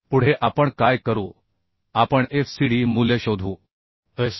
पुढे आपण काय करू आपण fcd मूल्य शोधू fcd